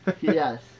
Yes